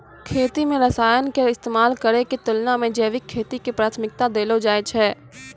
खेती मे रसायन के इस्तेमाल करै के तुलना मे जैविक खेती के प्राथमिकता देलो जाय छै